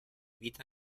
vita